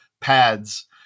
pads